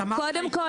קודם כל,